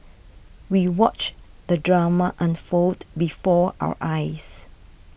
we watched the drama unfold before our eyes